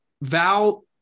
Val